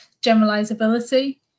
generalizability